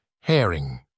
Herring